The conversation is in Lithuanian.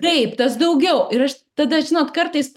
taip tas daugiau ir aš tada žinot kartais